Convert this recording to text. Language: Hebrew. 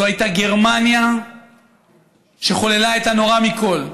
זאת הייתה גרמניה שחוללה את הנורא מכול,